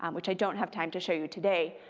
um which i don't have time to show you today,